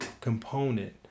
component